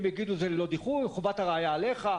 הם יגידו שזה ללא דיחוי או חובת הראיה עליך.